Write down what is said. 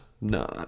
No